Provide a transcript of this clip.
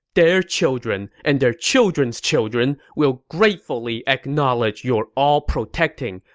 their children, and their children's children will gratefully acknowledge your all-protecting,